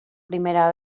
primera